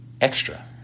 extra